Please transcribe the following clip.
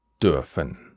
dürfen